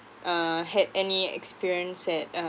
uh had any experience at